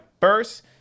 first